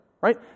Right